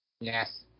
Yes